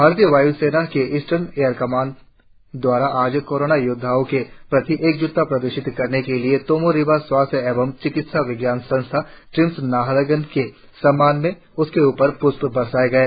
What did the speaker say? भारतीय वाय् सेना की ईस्टर्न एयर कमांड द्वारा आज कोरोना योद्वाओ के प्रति एकज्टता प्रदर्शित करने के लिए तोमो रिबा स्वास्थ्य एवं चिकित्सा विज्ञान संस्थान ट्रिम्स नाहरलग्न के सम्मान में उसके उपर प्ष्प बरसाएं गए